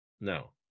no